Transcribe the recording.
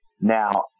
Now